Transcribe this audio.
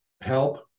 help